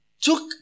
took